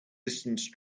distance